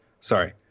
Sorry